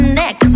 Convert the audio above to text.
neck